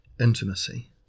Intimacy